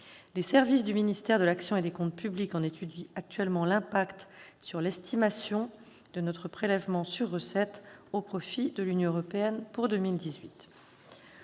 Les services du ministère de l'action et des comptes publics en étudient actuellement l'impact sur l'estimation de notre prélèvement sur recettes au profit de l'Union européenne pour 2018.